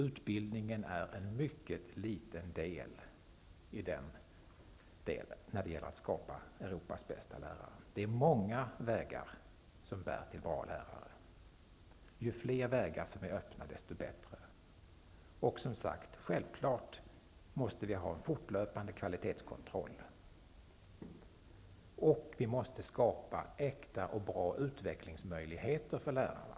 Utbildningen är en mycket liten del när det gäller att få fram Europas bästa lärare. Det är många vägar som leder till bra lärare, ju fler öppna vägar desto bättre. Självfallet måste vi ha fortlöpande kvalitetskontroll och bra utvecklingsmöjligheter för lärarna.